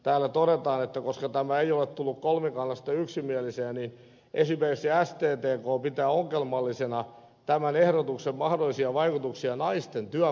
täällä todetaan että koska tämä ei ole tullut kolmikannasta yksimielisenä niin esimerkiksi sttk pitää ongelmallisena tämän ehdotuksen mahdollisia vaikutuksia naisten työmarkkina asemaan